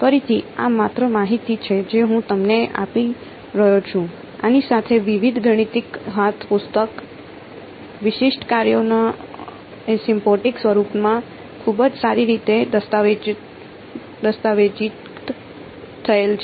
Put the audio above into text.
ફરીથી આ માત્ર માહિતી છે જે હું તમને આપી રહ્યો છું આની સાથે વિવિધ ગાણિતિક હાથ પુસ્તકોમાં વિશિષ્ટ કાર્યોના એસિમ્પ્ટોટિક સ્વરૂપોમાં ખૂબ જ સારી રીતે દસ્તાવેજીકૃત થયેલ છે